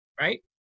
right